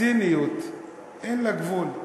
הציניות, אין לה גבול.